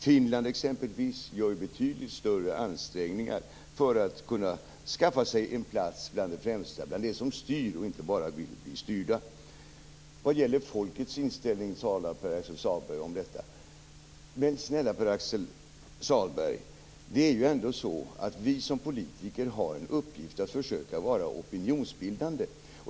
Finland, exempelvis, gör betydligt större ansträngningar för att kunna skaffa sig en plats bland de främsta, bland de som styr och inte bara vill bli styrda. Pär-Axel Sahlberg talar om folkets inställning. Men snälle Pär-Axel Sahlberg! Vi har ändå som politiker i uppgift att försöka vara opinionsbildande.